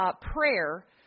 prayer